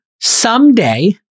someday